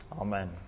Amen